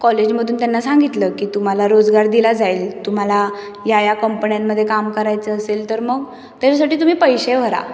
कॉलेजमधून त्यांना सांगितलं की तुम्हाला रोजगार दिला जाईल तुम्हाला या या कंपन्यांमध्ये काम करायचं असेल तर मग त्याच्यासाठी तुम्ही पैसे भरा